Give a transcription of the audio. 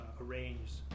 arranged